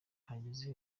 hagize